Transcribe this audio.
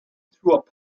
through